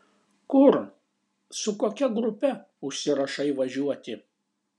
kur su kokia grupe užsirašai važiuoti